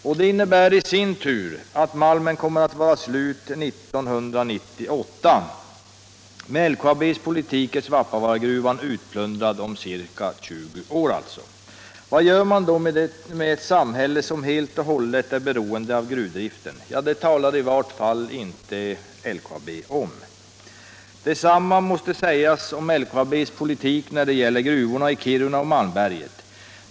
Och det innebär i sin tur att malmen kommer att vara slut 1998. Med LKAB:s politik är Svappavaaragruvan utplundrad om ca 20 år. Vad gör man då med detta samhälle, som helt och hållet är beroende av gruvdriften? Ja, det talar i varje fall inte LKAB om. Detsamma måste sägas om LKAB:s politik när det gäller gruvorna i Kiruna och Malmberget.